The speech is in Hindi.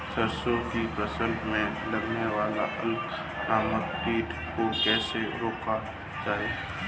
सरसों की फसल में लगने वाले अल नामक कीट को कैसे रोका जाए?